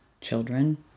children